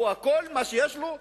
כל מה שיש לו,